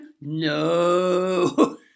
No